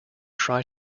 tried